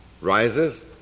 rises